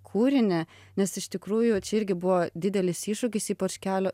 kūrinį nes iš tikrųjų čia irgi buvo didelis iššūkis ypač kelio